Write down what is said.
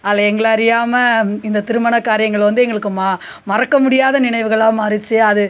அதில் எங்களை அறியாமல் இந்த திருமண காரியங்கள் வந்து எங்களுக்கு ம மறக்க முடியாத நினைவுகளாக மாறுச்சசு அது